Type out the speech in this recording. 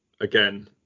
again